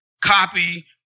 copy